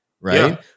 right